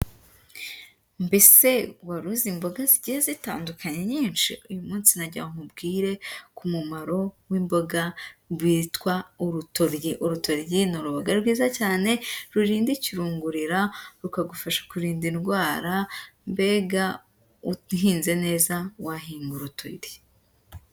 Mbese wari uzi imboga zigiye zitandukanye nyinshi? Uyu munsi nagira ngo nkubwire ku mumaro w'imboga rwitwa urutoryi. Urutoryi ni uruboga rwiza cyane, rurinda ikirungurira, rukagufasha kurinda indwara. Mbega uhinze neza, wahinga urutoryi.